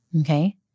okay